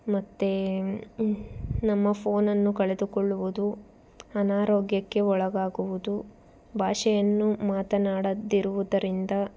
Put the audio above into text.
ಮತ್ತೇ ನಮ್ಮ ಫೋನನ್ನು ಕಳೆದುಕೊಳ್ಳುವುದು ಅನಾರೋಗ್ಯಕ್ಕೆ ಒಳಗಾಗುವುದು ಭಾಷೆಯನ್ನು ಮಾತನಾಡದಿರುವುದರಿಂದ